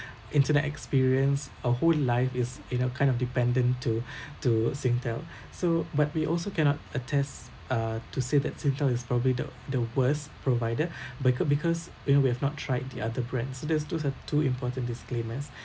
internet experience uh whole life is you know kind of dependent to to singtel so but we also cannot attest uh to say that Singtel is probably the the worst provider becau~ because you know we've not tried the other brands so these two are two important disclaimers